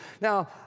Now